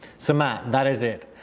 so matt, that is it.